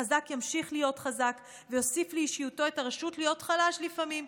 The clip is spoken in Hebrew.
החזק ימשיך להיות חזק ויוסיף לאישיותו את הרשות להיות חלש לפעמים,